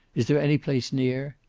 is there any place near?